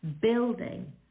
building